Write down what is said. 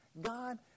God